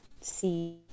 see